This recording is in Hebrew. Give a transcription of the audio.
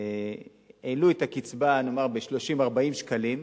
העלו את הקצבה נאמר ב-30 40 שקלים,